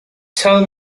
tell